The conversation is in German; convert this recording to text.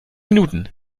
minuten